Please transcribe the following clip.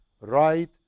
right